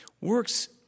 works